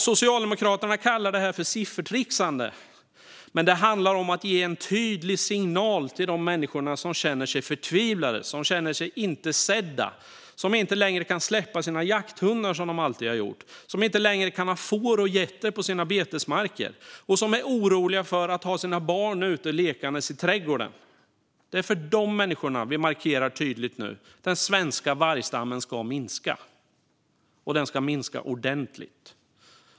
Socialdemokraterna kallar det här för siffertrixande, men det handlar om att ge en tydlig signal till de människor som känner sig förtvivlade och osedda, som inte längre kan släppa sina jakthundar som de alltid har gjort, som inte längre kan ha får och getter på sina betesmarker och som är oroliga för att ha sina barn ute lekandes i trädgården. Det är för dessa människor som vi nu markerar tydligt: Den svenska vargstammen ska minska, och den ska minska ordentligt.